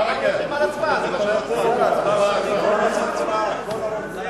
בואו נעשה הצבעה וזהו.